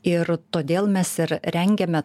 ir todėl mes ir rengiame